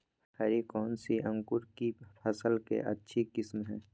हरी कौन सी अंकुर की फसल के अच्छी किस्म है?